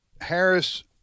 Harris